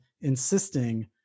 insisting